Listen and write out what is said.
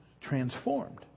transformed